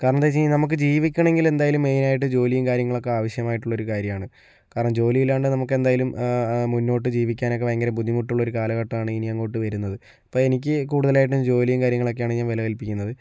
കാരണെമെന്തെന്ന് വെച്ച് കഴിഞ്ഞാൽ നമുക്ക് ജീവിക്കണമെങ്കിൽ എന്തായാലും മെയിനായിട്ട് ജോലിയും കാര്യങ്ങളൊക്കെ ആവശ്യമായിട്ടുള്ളൊരു കാര്യമാണ് കാരണം ജോലി ഇല്ലാണ്ട് നമുക്ക് എന്തായാലും മുന്നോട്ടു ജീവിക്കാനൊക്കെ ഭയങ്കര ബുദ്ധിമുട്ടുള്ളൊരു കാലഘട്ടമാണ് ഇനി അങ്ങോട്ട് വരുന്നത് ഇപ്പോൾ എനിക്ക് കൂടുതലായിട്ട് ജോലിയും കാര്യങ്ങളൊക്കെ ആണ് ഞാൻ വില കല്പിക്കുന്നത്